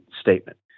statement